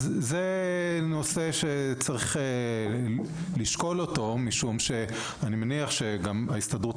זה נושא שצריך לשקול אותו משום שאני מניח שגם ההסתדרות